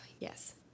yes